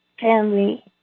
family